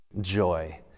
joy